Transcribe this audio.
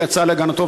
שיצא להגנתו,